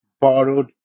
borrowed